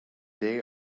day